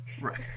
Right